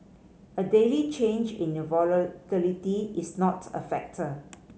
a daily change in the volatility is not a factor